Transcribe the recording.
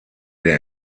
der